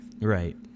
Right